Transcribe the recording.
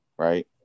right